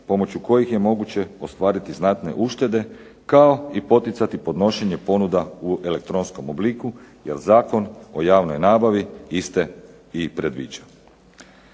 pomoću kojih je moguće ostvariti znatne uštede kao i poticati podnošenje ponuda u elektronskom obliku jer Zakon o javnoj nabavi iste i predviđa.